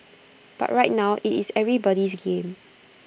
but right now IT is everybody's game